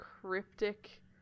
cryptic